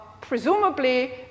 presumably